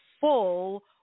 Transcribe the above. full